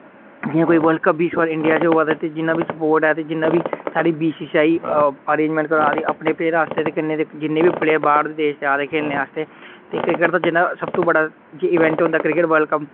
जि'यां कोई world cup बी इस बार इंडिया च होआ दा ते जिन्ना बी सप्पोर्ट ऐ ते जिन्ना बी साढ़ी B C C I arrangement करा दी अपने प्लेयर आस्तै ते कन्नै दे जिन्ने बी प्लेयर बाह्र दे देश दे आए दे खेलने आस्तै ते क्रिकेट दा जिन्ना सबतो बड़ा इवेंट होंदा क्रिकेट वर्ल्ड कप